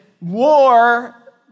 war